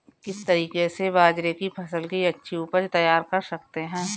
किस तरीके से बाजरे की फसल की अच्छी उपज तैयार कर सकते हैं?